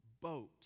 boat